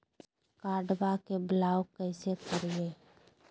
कार्डबा के ब्लॉक कैसे करिए?